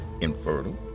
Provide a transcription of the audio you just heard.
infertile